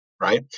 right